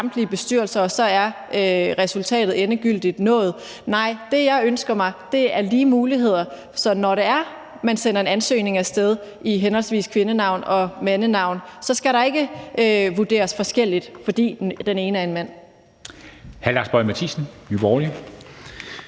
samtlige bestyrelser, og så er resultatet endegyldigt nået. Nej, det, jeg ønsker mig, er lige muligheder, sådan at når man sender en ansøgning af sted med henholdsvis et kvindenavn og et mandenavn, så skal der ikke vurderes forskelligt, fordi den ene er en mand.